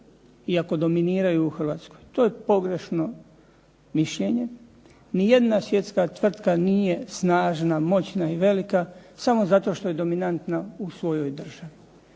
i ako dominiraju u Hrvatskoj. To je pogrešno mišljenje. Ni jedna svjetska tvrtka nije snažna, moćna i velika samo zato što je dominantna u svojoj državi.